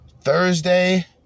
Thursday